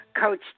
Coach